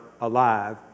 alive